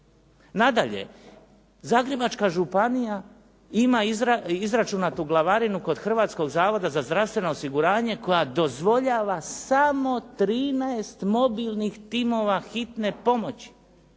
Nadalje, Zagrebačka županija ima izračunatu glavarinu kod Hrvatskog zavoda za zdravstveno osiguranje koja dozvoljava samo 13 mobilnih timova hitne pomoći,